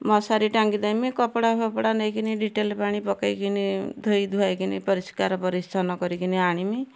ମଶାରୀ ଟାଙ୍ଗିଦେମି କପଡ଼ା ଫପଡ଼ା ନେଇକିନି ଡିଟେଲ ପାଣି ପକେଇକିନି ଧୋଇଧୁଆକିନି ପରିଷ୍କାର ପରିଚ୍ଛନ୍ନ କରିକିନି ଆଣିମି